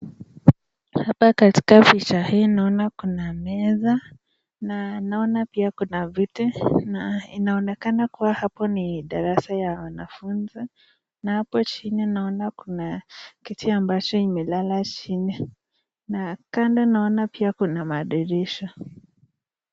Kuna meza, na pia kuna viti na inaonekana kuwa hapo ni darasa ya wanafunzi na hapo chini kuna kiti ambacho imelala chini na kando pia kuna madirisha.